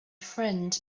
friend